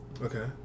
Okay